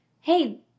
hey